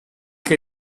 che